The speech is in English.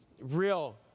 real